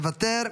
מוותר,